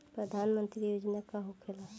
प्रधानमंत्री योजना का होखेला?